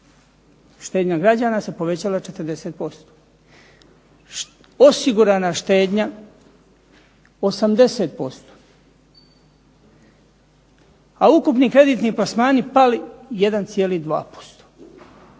štednja građana povećala 40%, osigurana štednja 80% a ukupni kreditni plasmani pali 1,2%.